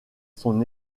son